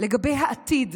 לגבי העתיד,